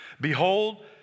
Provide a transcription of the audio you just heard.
Behold